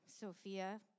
Sophia